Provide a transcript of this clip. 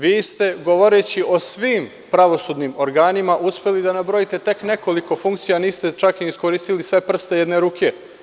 Vi ste govoreći o svim pravosudnim organima uspeli da nabrojite tek nekoliko funkcija, niste čak ni iskoristili sve prste jedne ruke.